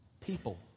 people